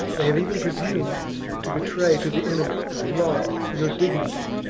they have even presumed to betray to the enemy the laws, your dignity,